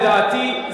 לדעתי,